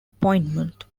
appointment